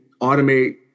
automate